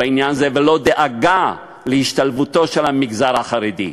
בעניין הזה, ולא דאגה להשתלבותו של המגזר החרדי.